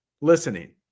Listening